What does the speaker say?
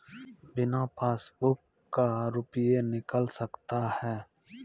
बिना पासबुक का रुपये निकल सकता हैं?